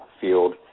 field